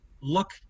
look